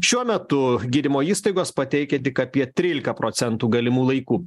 šiuo metu gydymo įstaigos pateikia tik apie trylika procentų galimų laikų